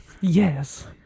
Yes